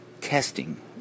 testing